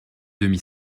demi